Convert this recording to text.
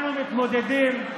אנחנו מתמודדים,